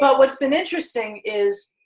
but what's been interesting is,